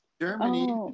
Germany